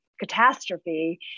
catastrophe